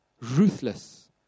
Ruthless